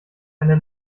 eine